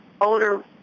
older